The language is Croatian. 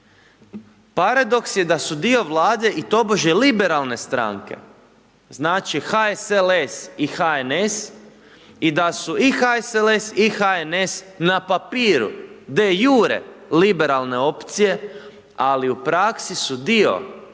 Paradoks je da su dio Vlade i tobože liberalne strane, znači HSLS i HNS i da su i HSLS i HNS na papiru de jure liberalne opcije, ali u praksi su dio